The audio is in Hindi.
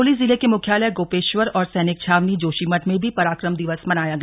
चमोली जिले के मूख्यालय गोपेश्वर और सैनिक छावनी जोशीमठ में भी पराक्रम दिवस मनाया गया